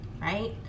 Right